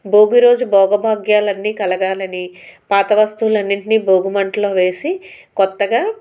భోగి రోజు భోగభాగ్యాలన్నీ కలగాలని పాత వస్తువులు అన్నిటిని భోగిమంటలు వేసి కొత్తగా